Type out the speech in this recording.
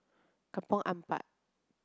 Kampong Ampat